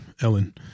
Ellen